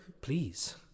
Please